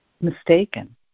mistaken